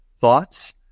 thoughts